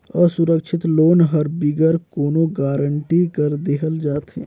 असुरक्छित लोन हर बिगर कोनो गरंटी कर देहल जाथे